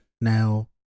now